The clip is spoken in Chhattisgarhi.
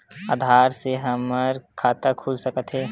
आधार से हमर खाता खुल सकत हे?